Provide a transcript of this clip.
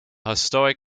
historic